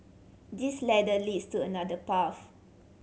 this ladder leads to another path